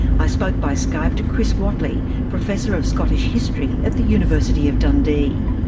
i spoke by skype to chris whatley, professor of scottish history at the university of dundee.